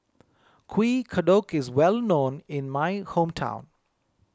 Kuih Kodok is well known in my hometown